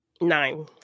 Nine